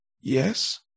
yes